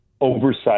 oversight